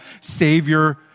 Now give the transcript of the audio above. savior